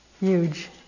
Huge